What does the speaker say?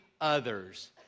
others